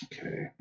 Okay